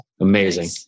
Amazing